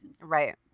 right